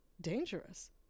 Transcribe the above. dangerous